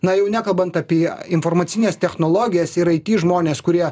na jau nekalbant apie informacines technologijas ir aiti žmones kurie